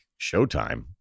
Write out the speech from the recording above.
Showtime